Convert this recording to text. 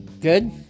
Good